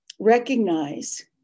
recognize